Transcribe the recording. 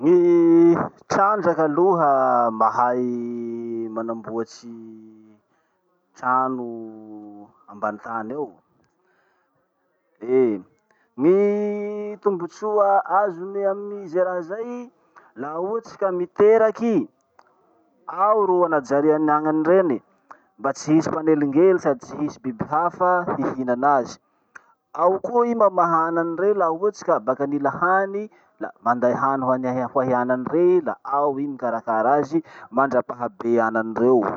Gny trandraky aloha mahay manamboatsy trano ambany tany ao. Eh! Gny tombotsoa azony amy ze raha zay, laha ohatsy ka miteraky i, ao ro anajariany anany reny mba tsy hisy mpanelingely sady tsy hisy biby hafa hihina anazy. Ao koa i mamaha anany rey laha ohatsy ka baka nila hany la manday hany hoan- hoay anany rey i la ao i mikarakara azy mandrapahabe anany reo.